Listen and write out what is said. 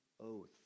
oath